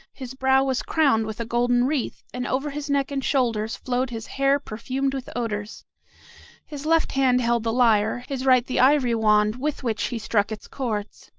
his brow was crowned with a golden wreath, and over his neck and shoulders flowed his hair perfumed with odors his left hand held the lyre, his right the ivory wand with which he struck its chords.